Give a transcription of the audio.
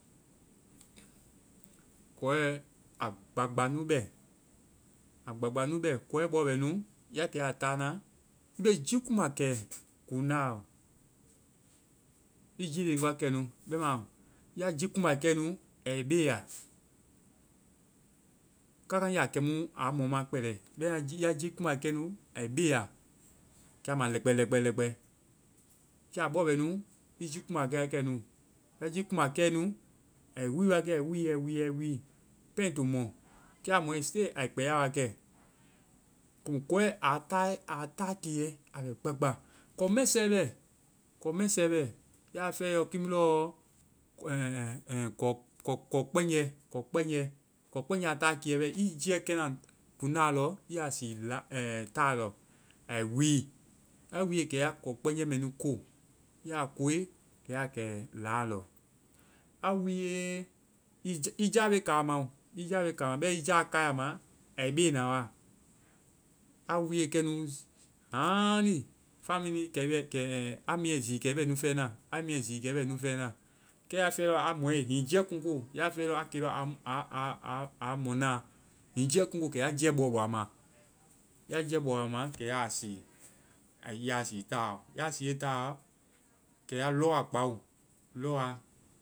Kɔɛ, a gbagba nu bɛ. A gbagba nu bɛ. Kɔɛ bɔ bɛ nu, ya tiie a ta na, i be jii kuŋba kɛ kuŋda ɔ. I ji leŋ wa kɛ nu. Bɛma ya ji kuŋba kɛe nu, ai be ya. Kaka nge a kɛmu a mɔŋ ma kpɛlɛ. Ya ji kuŋba kɛe nu, ai be ya. Kɛ a ma lɛkpɛ, lɛkpɛ, lɛkpɛ. Kɛ a bɔ bɛ nu, i ji kuŋba kɛ wa kɛ nu. Ya ji kuŋba kɛe nu, ai wi wa kɛ. Ai wi, ai wi, ai wi, pɛŋ ai to mɔŋ. Kɛ a mɔŋe, still ai kpɛya wakɛ. Komu kɔɛ, kɔɛ a ta kiiɛ a bɛ gbagba. Kɔ mɛsɛ bɛ. Kɔ mɛsɛ bɛ. Ya fɛe yɔ kiimu lɔɔ ɛŋ, ɛŋ, ɛŋ, kɔ kpɛnjɛ. Kɔ kpɛŋjɛ. Kɔ kpɛŋjɛ a ta kiɛ, i jiiɛ kɛna kuŋda lɔ, i ya sii taa lɔ. Ai wi. A wiye, kɛ ya kɔ kpɛŋjɛ mɛ nu ko. Ya koe, kɛ ya kɛ laa lɔ. A wi ye-i ja-i ja be ka a ma o. I ja be ka a ma. Bɛma i ja a kae a ma. Ai be na wa. A wiye kɛnu haaŋli, five minutes kɛ i bɛ ɛŋ, eŋ. A miiɛ zii kɛ i bɛ nu fɛna. A miiɛ zii kɛ i bɛ nu fɛna. Kɛ ya fɛe lɔ a mɔŋe, hiŋi jiiɛ kuŋko, ya fɛe lɔ a kie a mɔŋ na, hiŋi jiiɛ kuŋko, kɛ ya jiiɛ bɔ a ma. Ya jiiɛ bɔ a ma, kɛ ya sii. I ya sii taɔ. Ya siie taɔ, kɛ ya lɔwa kpao. Lɔwaa